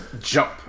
jump